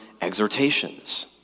Exhortations